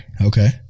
Okay